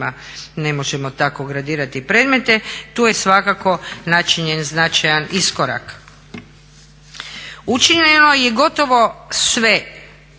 ne možemo tako gradirati predmete. Tu je svakako načinjen značajan iskorak. Učinjeno je gotovo sve,